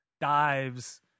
dives